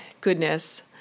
goodness